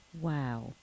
Wow